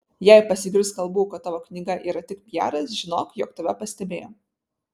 jei pasigirs kalbų kad tavo knyga yra tik pijaras žinok jog tave pastebėjo